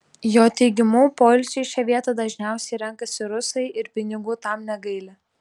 jo teigimu poilsiui šią vietą dažniausiai renkasi rusai ir pinigų tam negaili